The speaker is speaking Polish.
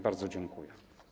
Bardzo dziękuję.